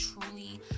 truly